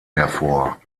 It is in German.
hervor